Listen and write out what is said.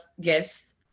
gifts